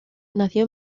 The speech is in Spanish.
nació